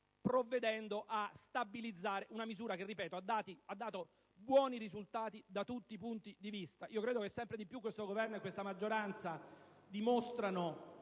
provvedendo a stabilizzare una misura che ha dato buoni risultati da tutti i punti di vista. Credo che sempre di più questo Governo e questa maggioranza dimostrano